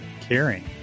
caring